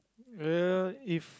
well if